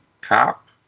cop